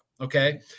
Okay